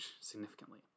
significantly